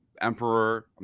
emperor